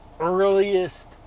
Earliest